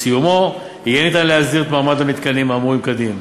בסיומו יהיה ניתן להסדיר את מעמד המתקנים האמורים כדין.